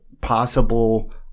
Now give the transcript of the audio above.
possible